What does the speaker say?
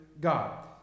God